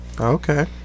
Okay